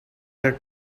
that